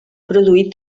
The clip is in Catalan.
produir